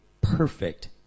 perfect